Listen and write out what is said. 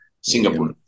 Singapore